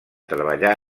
treballar